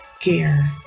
gear